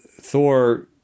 Thor